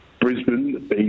Brisbane